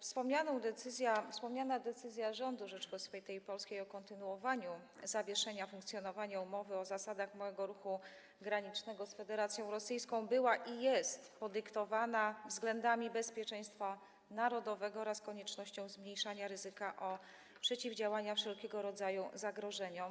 Wspomniana decyzja rządu Rzeczypospolitej Polskiej o kontynuowaniu zawieszenia funkcjonowania umowy o zasadach małego ruchu granicznego z Federacją Rosyjską była i jest podyktowana względami bezpieczeństwa narodowego oraz koniecznością zmniejszania ryzyka w zakresie przeciwdziałania wszelkiego rodzaju zagrożeniom.